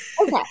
Okay